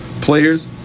players